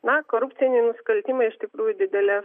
na korupciniai nusikaltimai iš tikrųjų didelio